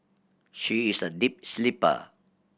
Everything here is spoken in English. she is a deep sleeper